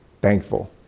thankful